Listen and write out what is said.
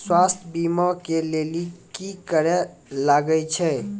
स्वास्थ्य बीमा के लेली की करे लागे छै?